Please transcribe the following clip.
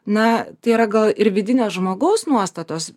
na tai yra gal ir vidinės žmogaus nuostatos